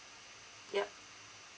ya